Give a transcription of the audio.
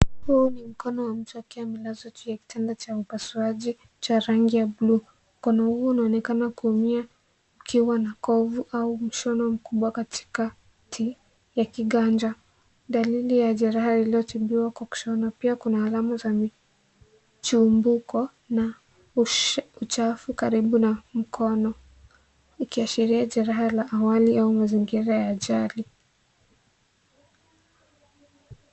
Huu ni mkono wa mtu akiwa amelazwa kitanda cha upasuaji cha rangi ya bluu. Mkono huu unaonekana kuumia ukiwa na kovu au mshono mkubwa katikati ya kiganja, dalili ya jeraha iliyotibiwa kwa kushona. Pia kuna alama za mchimbuko na uchafu karibu na mkono ikiashiria jeraha la awali au mazingira ya ajali.